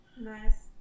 Nice